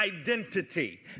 identity